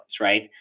right